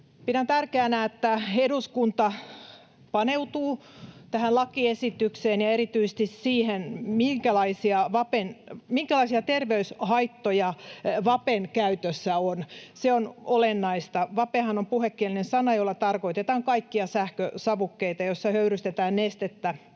Pidän tärkeänä, että eduskunta paneutuu tähän lakiesitykseen ja erityisesti siihen, minkälaisia terveyshaittoja vapen käytössä on. Se on olennaista. Vapehan on puhekielinen sana, jolla tarkoitetaan kaikkia sähkösavukkeita, joissa höyrystetään nestettä,